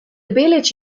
village